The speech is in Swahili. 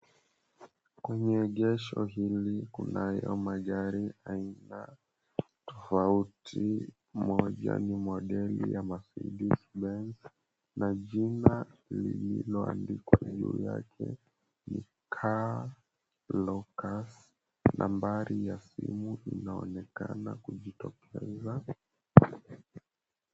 Kwenye egesho hili kunayo magari aina tofauti. Moja ni modeli ya Mercedes Benz na jina lililoandikwa juu yake ni Car Locus. Nambari ya simu inaonekana kujitokeza.